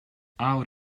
out